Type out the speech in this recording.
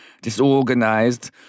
disorganized